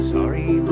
Sorry